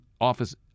office